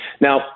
Now